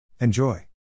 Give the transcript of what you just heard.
Enjoy